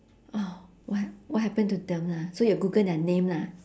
oh what what happened to them lah so you'll google their name lah